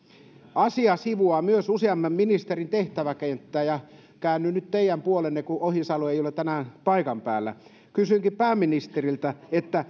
asia sivuaa myös useamman ministerin tehtäväkenttää ja käännyn nyt teidän puoleenne kun ohisalo ei ole tänään paikan päällä kysynkin pääministeriltä